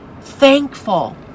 thankful